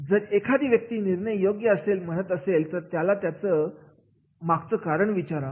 जर एखादी व्यक्ती निर्णय योग्य आहे असे म्हणत असेल तरी त्याला त्यामागचं कारण विचारा